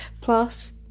plus